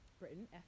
Britain